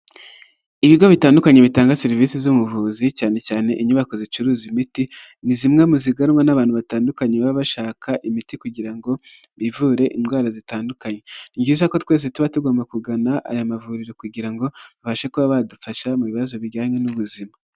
Ibigo bitandukanye bitanga serivisi z'ubuvuzi cyane cyane inyubako zicuruza imiti, ni zimwe mu ziganwa n'abantu batandukanye baba bashaka imiti kugira ngo bivure indwara zitandukanye, ni byiza ko twese tuba tugomba kugana aya mavuriro kugira ngo abashe kuba badufasha mu bibazo bijyanye n'ubuzima.